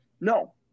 No